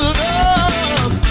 love